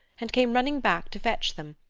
and came running back to fetch them,